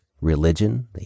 religion